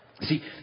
See